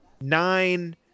nine